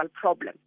problem